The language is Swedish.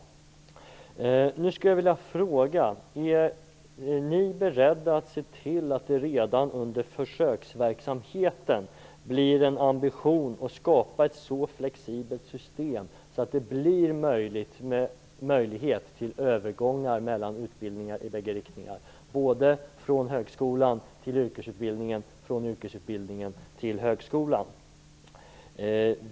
Jag skulle vilja fråga: Är ni beredda att se till att det redan under försöksverksamheten blir en ambition att skapa ett så flexibelt system att det blir möjlighet till övergångar mellan utbildningar i bägge riktningar, både från högskolan till yrkesutbildningen och från yrkesutbildningen till högskolan?